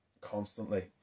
constantly